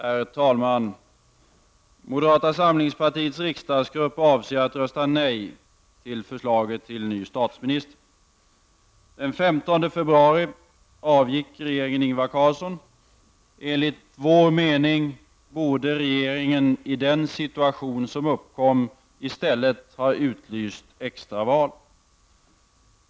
Herr talman! Moderata samlingspartiets riksdagsgrupp avser att rösta nej till förslaget om ny statsminister. Den 15 februari avgick regeringen Ingvar Carlsson. Enligt vår mening borde regeringen i den situation som uppkom i stället ha utlyst extra val.